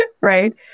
Right